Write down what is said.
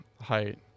height